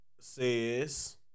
says